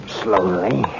slowly